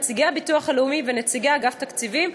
נציגי הביטוח הלאומי ונציגי אגף תקציבים,